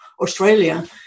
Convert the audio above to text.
Australia